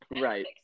Right